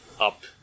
up